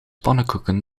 pannenkoeken